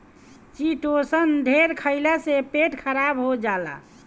chitosan ढेर खईला से पेट खराब हो जाला